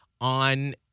on